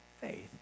faith